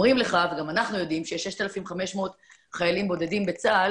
אומרים לך וגם אנחנו יודעים שיש 6,500 חיילים בודדים בצה"ל